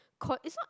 call it's not